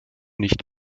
nicht